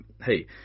hey